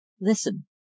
listen